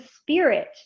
spirit